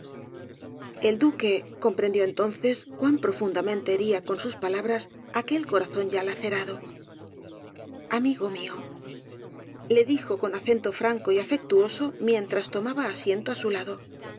el duque comprendió entonces cuan profundamente hería con sus palabras aquel corazón ya lacerado amigo míole dijo con acento franco y afectuoso mientras tomaba asiento á su lado